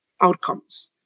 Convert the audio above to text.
outcomes